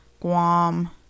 Guam